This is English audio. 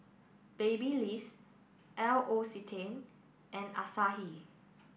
Babyliss L'Occitane and Asahi